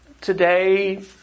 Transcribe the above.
Today